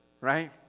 Right